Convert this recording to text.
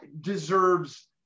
deserves